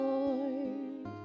Lord